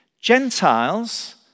Gentiles